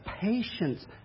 patience